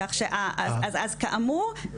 אז כאמור,